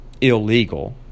illegal